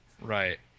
Right